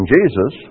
Jesus